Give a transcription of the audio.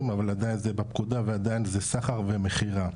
אבל עדיין זה בפקודה ועדיין זה סחר ומכירה.